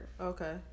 okay